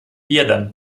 jeden